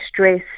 stress